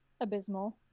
abysmal